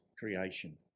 Creation